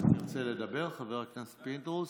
תרצה לדבר, חבר הכנסת פינדרוס?